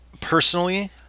personally